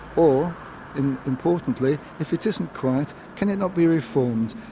or importantly, if it isn't quite, can it not be reformed?